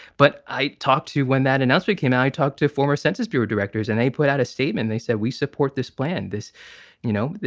but i talked to when that announcement came out, i talked to former census bureau directors and they put out a statement. they said, we support this plan. this you know,